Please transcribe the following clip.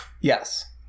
yes